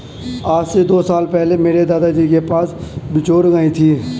आज से दो साल पहले मेरे दादाजी के पास बछौर गाय थी